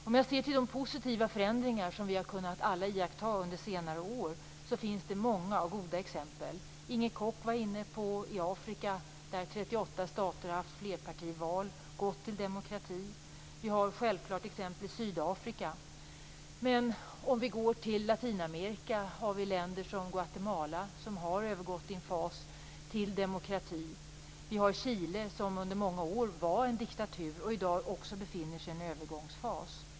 Om jag ser till de positiva förändringar vi alla har kunnat iaktta under senare år finns det många och goda exempel. Inger Koch var inne på läget i Afrika, där 38 stater har haft flerpartival och gått till demokrati. Vi har självfallet också exemplet Sydafrika. Om vi går till Latinamerika finns där länder som Guatemala, som har övergått till en fas med demokrati. Vi har Chile, som under många år var en diktatur, men som i dag befinner sig i en övergångsfas.